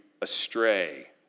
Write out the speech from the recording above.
astray